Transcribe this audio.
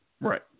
right